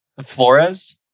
Flores